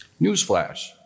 Newsflash